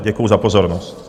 Děkuji za pozornost.